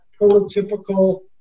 prototypical